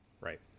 Right